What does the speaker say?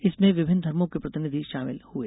इसमें विभिन्न धर्मो के प्रतिनिधि शामिल हुये